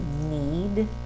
need